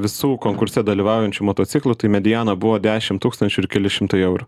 visų konkurse dalyvaujančių motociklų tai mediana buvo dešim tūkstančių ir keli šimtai eurų